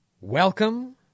Welcome